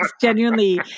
genuinely